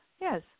Yes